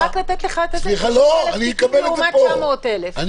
רק לתת לך את זה 90,000 תיקים לעומת 900,000. סליחה,